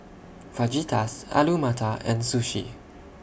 Fajitas Alu Matar and Sushi